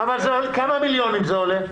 כמה מיליונים זה עולה?